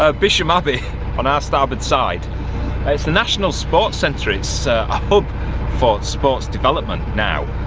ah bisham abbey on our starboard side it's the national sports centre it's a hub for sports development now.